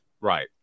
Right